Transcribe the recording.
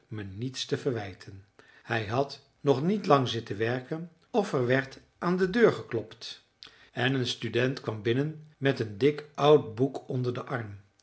me niets te verwijten hij had nog niet lang zitten werken of er werd aan de deur geklopt en een student kwam binnen met een dik oud boek onder den arm